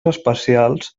especials